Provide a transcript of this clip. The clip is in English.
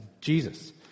Jesus